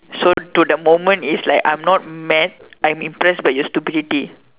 so to the moment is like I am not mad I am impressed by your stupidity